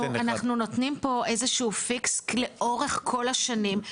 אנחנו נותנים פה איזשהו פיקס לאורך כל השנים,